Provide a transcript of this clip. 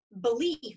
belief